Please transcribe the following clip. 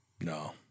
No